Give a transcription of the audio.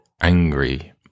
angry